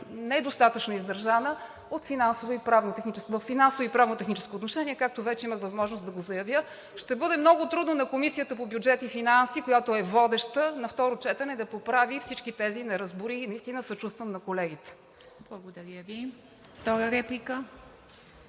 недостатъчно издържана във финансово и правно-техническо отношение, както вече имах възможност да го заявя. Ще бъде много трудно на Комисията по бюджет и финанси, която е водеща, на второ четене да поправи всички тези неразбории. Наистина съчувствам на колегите. ПРЕДСЕДАТЕЛ ИВА МИТЕВА: